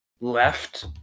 left